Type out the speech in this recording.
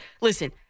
listen